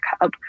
hub